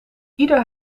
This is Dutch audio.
ieder